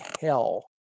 hell